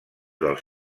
dels